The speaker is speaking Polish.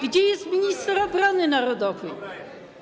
Gdzie jest minister obrony narodowej?